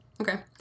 Okay